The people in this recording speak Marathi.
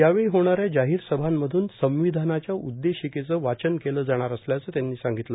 यावेळी होणाऱया जाहीर सभांमधून संविधानाच्या उद्देशिकेचं वाचन केलं जाणार असल्याचं त्यांनी सांगितलं